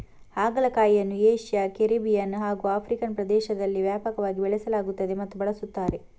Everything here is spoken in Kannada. ಹಾಗಲಕಾಯಿಯನ್ನು ಏಷ್ಯಾ, ಕೆರಿಬಿಯನ್ ಹಾಗೂ ಆಫ್ರಿಕನ್ ಪ್ರದೇಶದಲ್ಲಿ ವ್ಯಾಪಕವಾಗಿ ಬೆಳೆಸಲಾಗುತ್ತದೆ ಮತ್ತು ಬಳಸುತ್ತಾರೆ